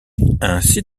site